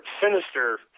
sinister